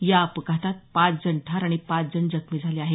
या अपघातात पाच जण ठार आणि पाच जण जखमी झाले आहेत